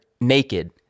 naked